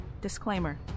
Disclaimer